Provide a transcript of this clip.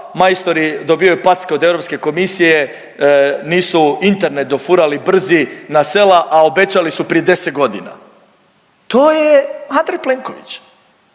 majstori dobivaju packe od Europske komisije, nisu Internet dofurali brzi na sela, a obećali su prije 10 godina, to je Andrej Plenković,